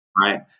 Right